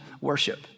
worship